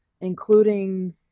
including